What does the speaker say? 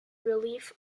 relief